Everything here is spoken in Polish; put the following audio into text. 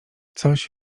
coś